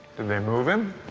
did they move him?